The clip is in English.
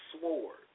sword